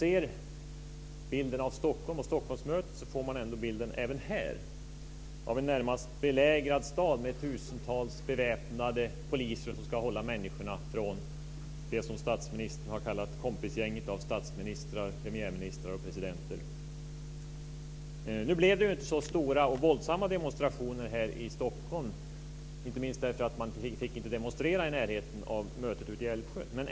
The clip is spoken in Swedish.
Efter Stockholmsmötet får man, även här, bilden av en närmast belägrad stad med tusentals beväpnade poliser som ska hålla människorna från det som statsministern har kallat kompisgänget av statsministrar, premiärministrar och presidenter. Nu blev det inte så stora och våldsamma demonstrationer här i Stockholm, inte minst därför att man inte fick demonstrera i närheten av mötet ute i Älvsjö.